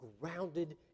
grounded